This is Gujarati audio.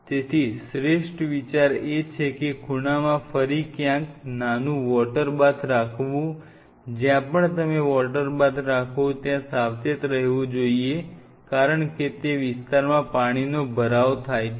તેથી શ્રેષ્ઠ વિચાર એ છે કે ખૂણામાં ફરી ક્યાંક નાનું વોટરબાથ રાખ વું જ્યાં પણ તમે વોટરબાથ રાખો ત્યાં સાવચેત રહેવું જોઈએ કારણ કે તે વિસ્તારમાં પાણીનો ભરાવો થાય છે